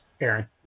Aaron